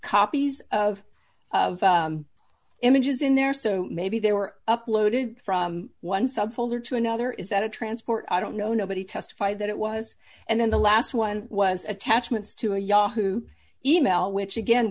copies of images in there so maybe they were uploaded from one sub folder to another is that a transport i don't know nobody testified that it was and then the last one was attachments to a yahoo email which again